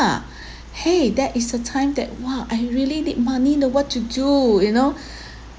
!hey! that is the time that !wah! I really need money don't know what to do you know